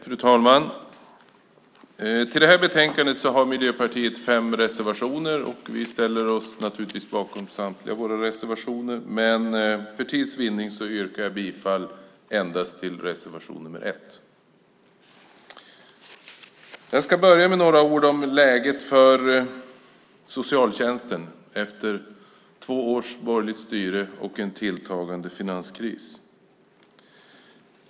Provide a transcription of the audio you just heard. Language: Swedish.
Fru talman! I detta betänkande har Miljöpartiet fem reservationer. Vi ställer oss naturligtvis bakom samtliga våra reservationer men för tids vinnande yrkar jag bifall endast till reservation nr 1. Jag ska börja med att säga några ord om läget för socialtjänsten efter två års borgerligt styre och en tilltagande finanskris.